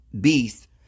beast